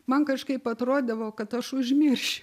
man kažkaip atrodydavo kad aš užmiršiu